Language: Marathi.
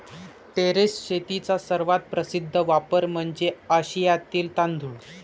टेरेस शेतीचा सर्वात प्रसिद्ध वापर म्हणजे आशियातील तांदूळ